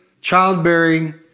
childbearing